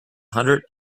hundred